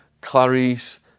Clarice